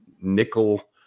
nickel